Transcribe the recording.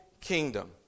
kingdom